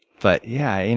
but yeah, and